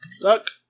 Look